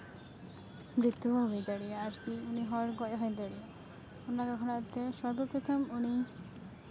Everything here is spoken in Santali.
ᱢᱨᱤᱛᱛᱩ ᱦᱚᱸ ᱦᱩᱭ ᱫᱟᱲᱮᱭᱟᱜᱼᱟ ᱟᱨᱠᱤ ᱩᱱᱤ ᱦᱚᱲ ᱜᱚᱡᱽ ᱦᱚᱸᱭ ᱫᱟᱲᱮᱭᱟᱜᱼᱟ ᱚᱱᱟ ᱠᱚ ᱠᱷᱚᱱᱟᱜ ᱛᱮ ᱥᱚᱨᱵᱚ ᱯᱨᱚᱛᱷᱚᱢ ᱩᱱᱤ